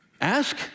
Ask